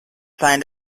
signed